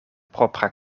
propra